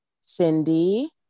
Cindy